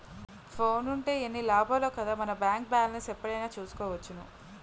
ఫోనుంటే ఎన్ని లాభాలో కదా మన బేంకు బాలెస్ను ఎప్పుడైనా చూసుకోవచ్చును